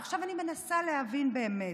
עכשיו אני מנסה להבין באמת,